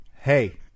Hey